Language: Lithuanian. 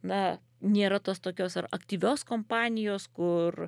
na nėra tos tokios ar aktyvios kompanijos kur